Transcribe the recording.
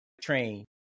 train